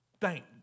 thank